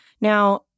Now